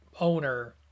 owner